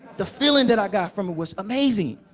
the feeling that i got from it was amazing.